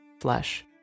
flesh